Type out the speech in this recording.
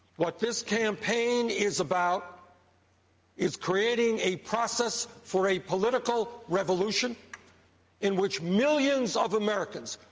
what this campaign is about is creating a process for a political revolution in which millions of americans,